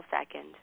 second